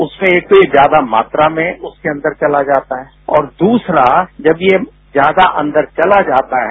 उसमें एक तो ये ज्यादा मात्रा में उसके अंदर चलाजाता है और दूसरा जब ये ज्यादा अंदर चला जाता है